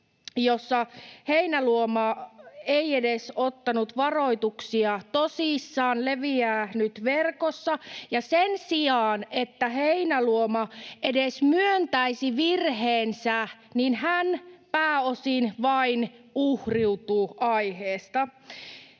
jossa Heinäluoma ei edes ottanut varoituksia tosissaan, leviää nyt verkossa. Ja sen sijaan, että Heinäluoma edes myöntäisi virheensä, hän pääosin vain uhriutuu aiheesta.